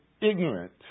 ignorant